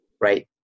right